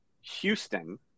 Houston